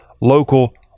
local